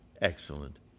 excellent